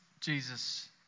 Jesus